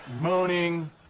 Moaning